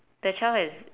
the child has